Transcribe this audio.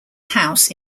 house